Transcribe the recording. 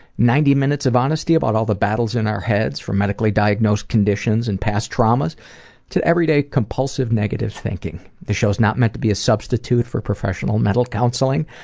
ninety minutes of honesty about all the battles in our heads, from medically diagnosed conditions and past traumas to everyday compulsive, negative thinking. this show is not meant to be a substitute for professional mental counseling.